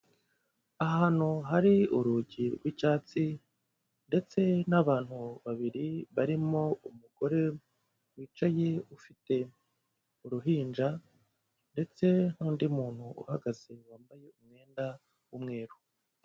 Ahantu hari urugi rw'icyatsi ndetse n'abantu babiri barimo umugore wicaye ufite uruhinja ndetse n'undi muntu uhagaze wambaye umwenda w'umweru.